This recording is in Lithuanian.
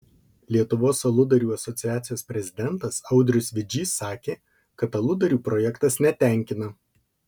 lietuvos aludarių asociacijos prezidentas audrius vidžys sakė kad aludarių projektas netenkina